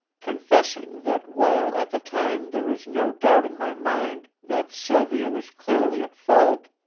confessing that while at the time there was no doubt in my mind that sylvia was clearly at fault,